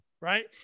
right